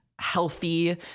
healthy